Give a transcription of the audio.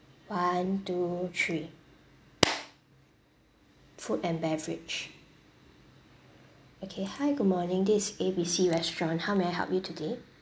one two three food and beverage okay hi good morning this is A B C restaurant how may I help you today